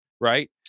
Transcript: right